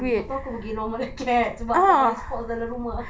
mm lepas tu aku gi normal acad~ sebab aku boleh sports dalam rumah